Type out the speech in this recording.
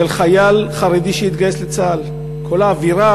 של חייל חרדי שהתגייס לצה"ל כל האווירה